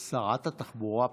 שרת התחבורה פה?